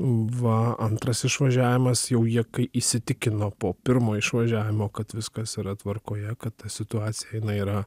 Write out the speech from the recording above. va antras išvažiavimas jau jie kai įsitikino po pirmo išvažiavimo kad viskas yra tvarkoje kad ta situacija yra